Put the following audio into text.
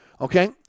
okay